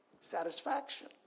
satisfaction